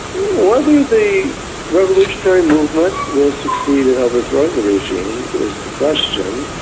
whether the revolutionary movement will succeed in overthrowing the regime is the question.